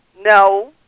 No